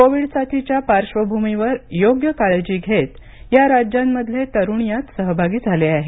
Covid साथीच्या पार्श्वभूमीवर योग्य काळजी घेत या राज्यांमधले तरुण यात सहभागी झाले आहेत